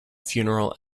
funeral